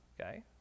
Okay